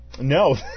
No